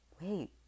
wait